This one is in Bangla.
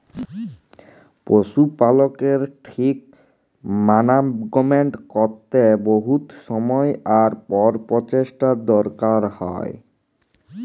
পশু পালকের ঠিক মানাগমেন্ট ক্যরতে বহুত সময় আর পরচেষ্টার দরকার হ্যয়